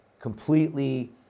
completely